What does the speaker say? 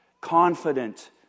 confident